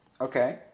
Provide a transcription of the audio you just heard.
okay